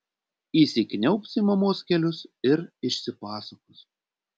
įsikniaubs į mamos kelius ir išsipasakos